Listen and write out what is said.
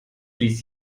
ließ